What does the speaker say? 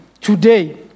today